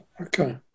Okay